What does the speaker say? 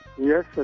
Yes